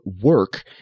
work